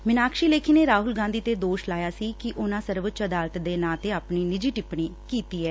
ਮਿਨਾਕਸੀ ਲੇਖੀ ਨੇ ਰਾਹੁਲ ਗਾਧੀ ਤੇ ਦੋਸ਼ ਲਾਇਆ ਸੀ ਕਿ ਉਨਾਂ ਸਰਵਊੱਚ ਅਦਾਲਤ ਦੇ ਨਾਂ ਤੇ ਆਪਣੀ ਨਿੱਜੀ ਟਿੱਪਣੀ ਕੀਤੀ ਏ